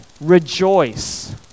rejoice